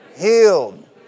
Healed